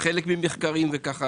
חלק ממחקרים וכו'.